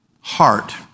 heart